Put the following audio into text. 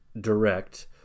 direct